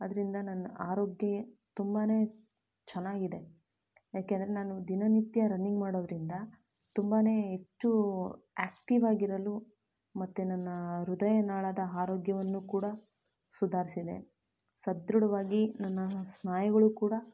ಅದರಿಂದ ನನ್ನ ಆರೋಗ್ಯ ತುಂಬ ಚೆನ್ನಾಗಿದೆ ಏಕೆ ಅಂದ್ರೆ ನಾನು ದಿನನಿತ್ಯ ರನ್ನಿಂಗ್ ಮಾಡೋದರಿಂದ ತುಂಬಾ ಹೆಚ್ಚು ಆ್ಯಕ್ಟಿವಾಗಿರಲು ಮತ್ತು ನನ್ನ ಹೃದಯನಾಳದ ಆರೋಗ್ಯವನ್ನು ಕೂಡ ಸುಧಾರಿಸಿದೆ ಸದೃಢವಾಗಿ ನನ್ನ ಸ್ನಾಯುಗಳು ಕೂಡ